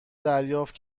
دریافت